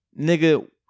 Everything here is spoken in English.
Nigga